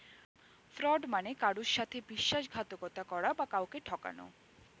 fraud মানে কারুর সাথে বিশ্বাসঘাতকতা করা বা কাউকে ঠকানো